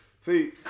See